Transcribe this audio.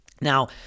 Now